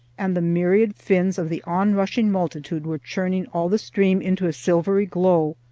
and the myriad fins of the onrushing multitude were churning all the stream into a silvery glow,